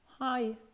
Hi